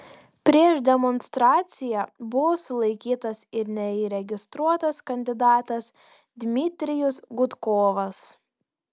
prieš demonstraciją buvo sulaikytas ir neįregistruotas kandidatas dmitrijus gudkovas